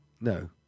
No